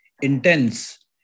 intense